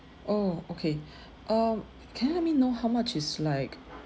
oh okay um can you let me know how much is like